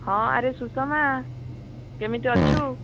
ହଁ ଆରେ ସୁଷମା କେମିତି ଅଛୁ